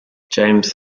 james